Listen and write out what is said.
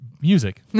Music